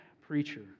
preacher